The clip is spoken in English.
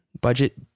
Budget